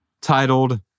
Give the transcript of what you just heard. titled